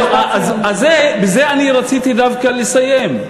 בזה אני רציתי דווקא לסיים.